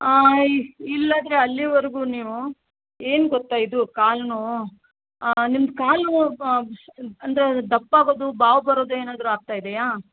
ಇಲ್ಲದೇ ಅಲ್ಲೀವರೆಗೂ ನೀವು ಏನು ಗೊತ್ತಾ ಇದು ಕಾಲು ನೋವು ನಿಮ್ದು ಕಾಲು ನೋವು ಅಂದರೆ ದಪ್ಪ ಆಗೋದು ಬಾವು ಬರೋದು ಏನಾದ್ರೂ ಆಗ್ತಾ ಇದೆಯಾ